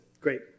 great